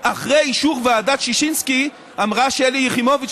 אחרי אישור ועדת ששינסקי אמרה שלי יחימוביץ,